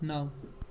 نَو